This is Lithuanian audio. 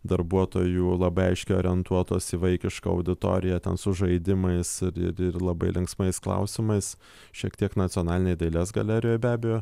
darbuotojų labai aiškiai orientuotos į vaikišką auditoriją ten su žaidimais ir ir labai linksmais klausimais šiek tiek nacionalinėj dailės galerijoj be abejo